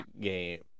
game